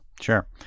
Sure